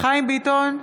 חיים ביטון,